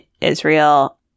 Israel